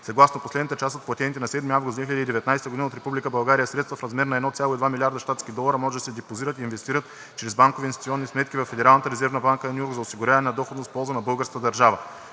Съгласно последната част от платените на 7 август 2019 г. от Република България средства в размер на 1,2 млрд. щатски долара може да се депозират и инвестират чрез банкови и инвестиционни сметки във Федералната резервна банка на Ню Йорк за осигуряване на доходност в полза на българската държава.